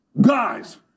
guys